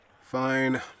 Fine